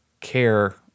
care